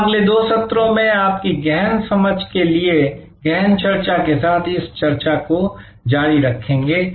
हम अगले दो सत्रों में आपकी गहरी समझ के लिए गहन चर्चा के साथ इस चर्चा को जारी रखेंगे